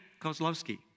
Kozlowski